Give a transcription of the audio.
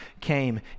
came